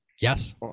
Yes